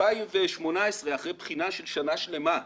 ב-2018, אחרי בחינה של שנה שלמה,